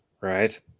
Right